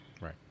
Right